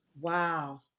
Wow